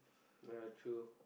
ya true